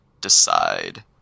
decide